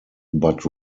but